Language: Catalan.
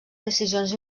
decisions